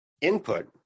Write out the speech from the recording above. input